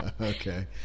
Okay